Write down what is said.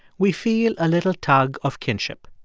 we feel a little tug of kinship.